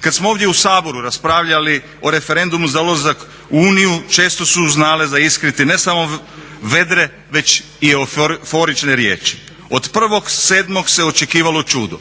Kad smo ovdje u Saboru raspravljali o referendumu za ulazak u Uniju često su znale zaiskriti ne samo vedre već i euforične riječi. Od 1.7. se očekivalo čudo.